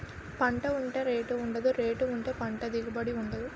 పంట ఉంటే రేటు ఉండదు, రేటు ఉంటే పంట దిగుబడి ఉండదు